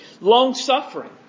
Long-suffering